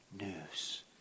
news